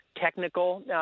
technical